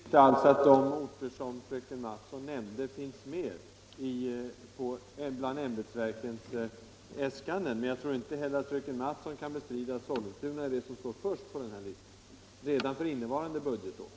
Fru talman! Jag bestrider inte alls att de orter som fröken Mattson nämnde finns med i ämbetsverkens äskanden, men jag tror att fröken Mattson inte heller kan bestrida att Sollentuna är den ort som står först på listan — redan för innevarande budgetår.